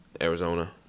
Arizona